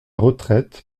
retraite